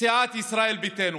סיעת ישראל ביתנו,